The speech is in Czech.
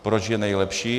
Proč je nejlepší.